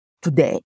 today